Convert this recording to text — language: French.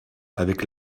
avec